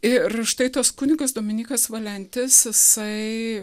ir štai tas kunigas dominykas valentis jisai